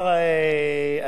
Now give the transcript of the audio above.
הקצבה המזכה.